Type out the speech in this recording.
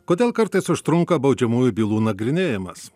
kodėl kartais užtrunka baudžiamųjų bylų nagrinėjimas